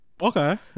Okay